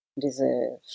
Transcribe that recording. deserve